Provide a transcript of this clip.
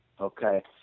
Okay